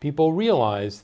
people realize